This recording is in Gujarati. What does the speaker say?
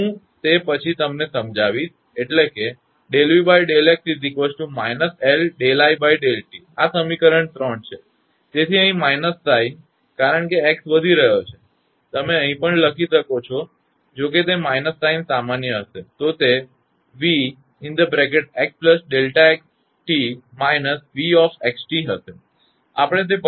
હું તે પછી તમને સમજાવીશ એટલે કે આ સમીકરણ 3 છે તેથી અહીં માઇનસ સાઇન કારણ કે x વધી રહ્યો છે તમે અહીં પણ લખી શકો છો જો તે માઇનસ સામાન્ય હશે તો તે 𝑣𝑥Δ𝑥𝑡−𝑣𝑥𝑡 હશે આપણે તે પછીથી જોઇશું